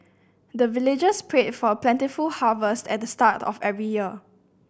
the villagers pray for plentiful harvest at the start of every year